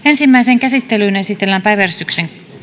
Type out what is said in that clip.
ensimmäiseen käsittelyyn esitellään päiväjärjestyksen